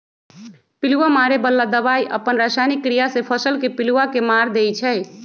पिलुआ मारे बला दवाई अप्पन रसायनिक क्रिया से फसल के पिलुआ के मार देइ छइ